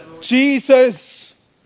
Jesus